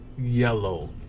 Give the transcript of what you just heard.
yellow